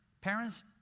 Parents